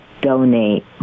donate